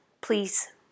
please